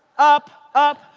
up, up,